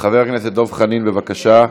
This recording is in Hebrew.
חבר הכנסת דב חנין, בבקשה.